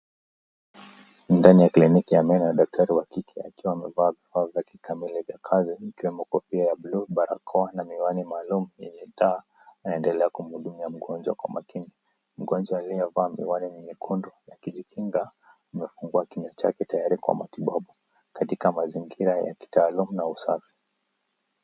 Ni ndani ya clinic ya meno na daktari wa kike akiwa amevaa vifaa vya kikamili vya kazi ikiwemo kofia ya blue , barakoa, miwani maalumu yenye taa anaendelea kumuhudumia mgonjwa kwa makini, mgonjwa aliyevaa miwani nyekundu akijikinga amefungua kinywa chake tayari kwa matibabu katika mazingira ya kitaalum na usafi.